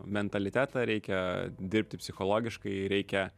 mentalitetą reikia dirbti psichologiškai reikia